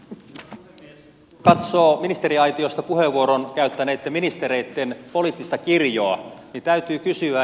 kun katsoo ministeriaitiosta puheenvuoron käyttäneitten ministereitten poliittista kirjoa niin täytyy kysyä